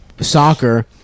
soccer